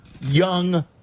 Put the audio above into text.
young